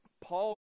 Paul